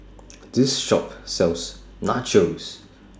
This Shop sells Nachos